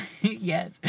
Yes